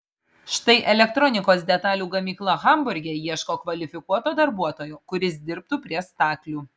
štai elektronikos detalių gamykla hamburge ieško kvalifikuoto darbuotojo kuris dirbtų prie staklių